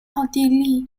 奥地利